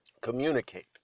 communicate